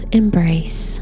embrace